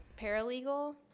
paralegal